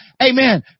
Amen